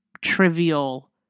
trivial